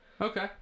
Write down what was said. Okay